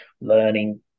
learning